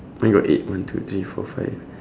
mine got eight one two three four five